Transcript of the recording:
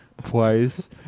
Twice